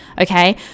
okay